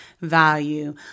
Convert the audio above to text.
value